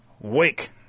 wake